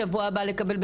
אני רוצה לקבל,